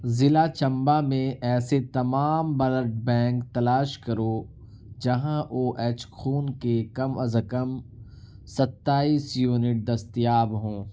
ضلع چمبہ میں ایسے تمام بلڈ بینک تلاش کرو جہاں او ایچ خون کے کم از کم ستائیس یونٹ دستیاب ہوں